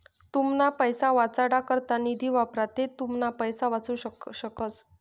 तुमना पैसा वाचाडा करता निधी वापरा ते तुमना पैसा वाचू शकस